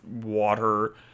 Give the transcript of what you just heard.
water